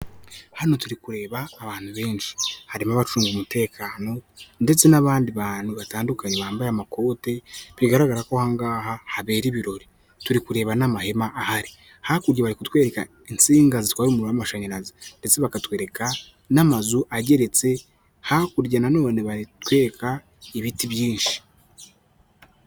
Hano turi kureba abantu benshi harimo abacunga umutekano ndetse n'abandi bantu batandukanye bambaye amakote bigaragara ko aha ngaha habera ibirori. Turi kureba n'amahema ahari hakurya bari kutwereka insinga zikwara umuriro w'amashanyarazi ndetse bakatwereka n'amazu ageretse hakurya na none baratwereka ibiti byinshi.